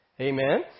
Amen